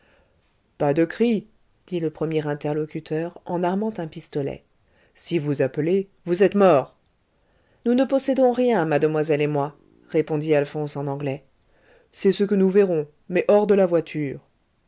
pas de cri dit le premier interlocuteur en armant un pistolet si vous appelez vous êtes morts nous ne possédons rien mademoiselle et moi répondit alphonse en anglais c'est ce que nous verrons mais hors de la voiture